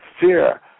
fear